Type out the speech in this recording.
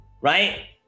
right